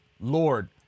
Lord